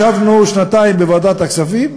ישבנו שנתיים בוועדת הכספים,